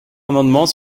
amendements